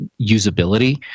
usability